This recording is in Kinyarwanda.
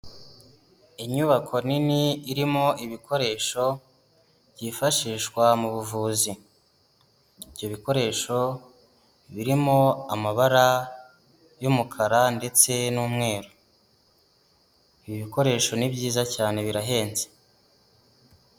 Inyubako nini irimo ibikoresho byifashishwa mu buvuzi, ibyo bikoresho birimo amabara y'umukara ndetse n'umweru, ibi bikoresho ni byiza cyane birahenze.